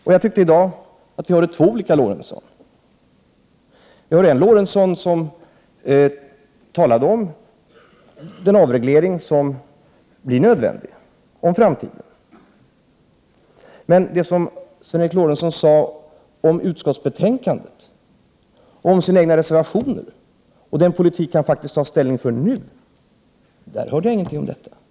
Jag tycker att det var som om vi i dag hörde två olika Sven Eric Lorentzon. En Sven Eric Lorentzon talade om den avreglering som i framtiden blir nödvändig. Men när Sven Eric Lorentzon talade om utskottsbetänkandet, sina reservationer och om den politik han nu tar ställning för, hörde jag inte någonting om någon avreglering.